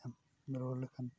ᱮᱢ ᱨᱩᱣᱟᱹᱲ ᱞᱮᱠᱷᱟᱱ